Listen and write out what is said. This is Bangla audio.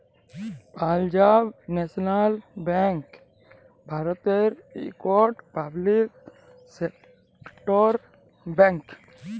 পালজাব ল্যাশলাল ব্যাংক ভারতের ইকট পাবলিক সেক্টর ব্যাংক